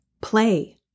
play